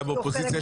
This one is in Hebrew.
גם באופוזיציה,